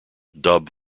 dub